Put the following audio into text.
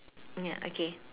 ya okay